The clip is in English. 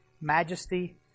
majesty